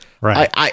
Right